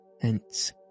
Hence